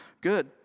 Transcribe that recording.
Good